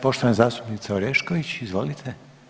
Poštovana zastupnica Orešković, izvolite.